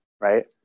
right